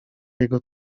jego